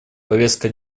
повестка